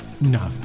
No